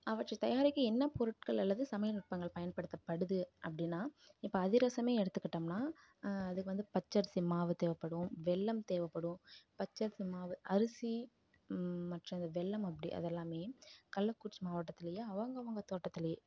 அவற்றை தயாரிக்க என்ன பொருட்கள் அல்லது சமையல் நுட்பங்கள் பயன்படுத்தப்படுது அப்டின்னா இப்போ அதிரசம் எடுத்துகிட்டோம்னா அதுக்கு வந்து பச்சரிசி மாவு தேவைப்படும் வெல்லம் தேவைப்படும் பச்சரிசி மாவு அரிசி மற்ற வெல்லம் அப்படி அதெல்லாம் கள்ளக்குறிச்சி மாவட்டத்துலேயே அவங்கவங்க தோட்டத்துலேயே